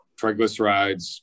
triglycerides